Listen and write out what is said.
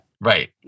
Right